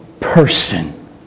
person